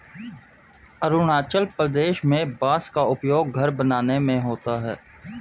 अरुणाचल प्रदेश में बांस का उपयोग घर बनाने में होता है